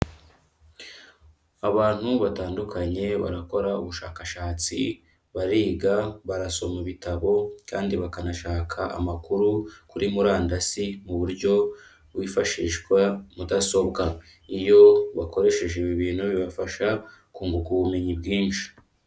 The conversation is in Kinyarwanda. Abantu batandukanye, barakora ubushakashatsi, bariga, barasoma ibitabo kandi bakanashaka amakuru kuri murandasi, mu buryo wifashishwa mudasobwa. Iyo bakoresheje ibi bintu, bibafasha kunguka ubumenyi bwinshi.